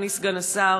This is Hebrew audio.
לאחרונה, אדוני סגן השר,